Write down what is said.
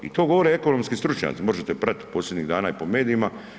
I to govore ekonomski stručnjaci, možete pratiti posljednjih dana i po medijima.